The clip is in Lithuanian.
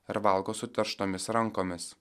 ir valgo suterštomis rankomis